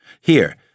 Here